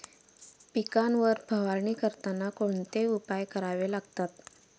पिकांवर फवारणी करताना कोणते उपाय करावे लागतात?